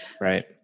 Right